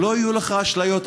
שלא יהיו לך אשליות,